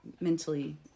mentally